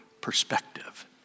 perspective